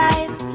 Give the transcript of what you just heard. Life